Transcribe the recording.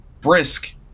brisk